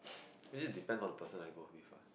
it is depends on the person I go with uh